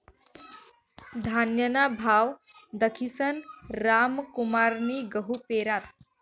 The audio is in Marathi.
धान्यना भाव दखीसन रामकुमारनी गहू पेरात